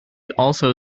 also